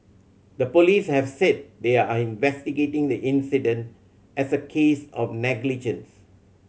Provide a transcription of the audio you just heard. the police have said they are investigating the incident as a case of negligence